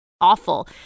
awful